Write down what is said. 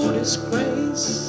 disgrace